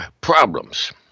problems